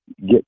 get